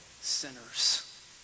sinners